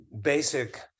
basic